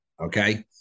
Okay